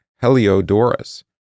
Heliodorus